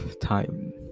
time